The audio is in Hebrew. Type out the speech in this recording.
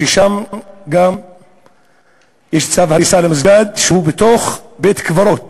שגם שם יש צו הריסה למסגד שהוא בתוך בית-קברות,